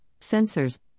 sensors